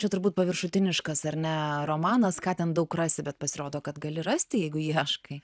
čia turbūt paviršutiniškas ar ne romanas ką ten daug rasi bet pasirodo kad gali rasti jeigu ieškai